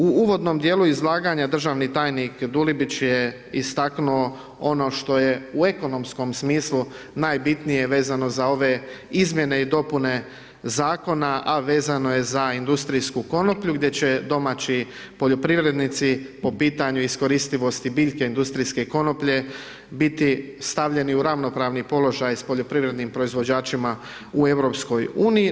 U uvodnom dijelu izlaganja, državni tajnik Dulibić je istaknuo ono što je u ekonomskom smislu najbitnije vezano za ove izmjene i dopune Zakona, a vezano je za industrijsku konoplju, gdje će domaći poljoprivrednici po pitanju iskoristivosti biljke industrijske konoplje, biti stavljeni u ravnopravni položaj s poljoprivrednim proizvođačima u EU.